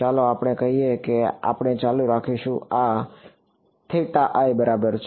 ચાલો આપણે કહીએ કે આપણે ચાલુ રાખીશું આ બરાબર છે